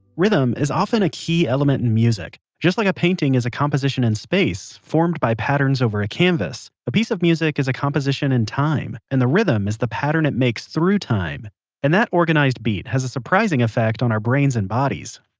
rhythm is often a key element in music. just like a painting is a composition in space, formed by patterns over a canvas, a piece of music is a composition in time, and the rhythm is the pattern it makes through time and that organised beat has a surprising effect on our brains and bodies